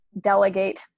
delegate